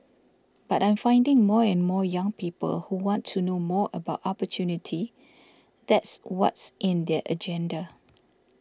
but I'm finding more and more young people who want to know more about opportunity that's what's in their agenda